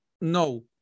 no